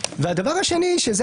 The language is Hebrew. דבר שני, שזה